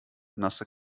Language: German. nasse